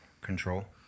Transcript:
control